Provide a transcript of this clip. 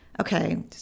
Okay